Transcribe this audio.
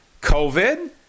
COVID